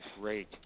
Great